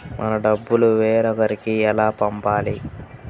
మన డబ్బులు వేరొకరికి ఎలా పంపాలి?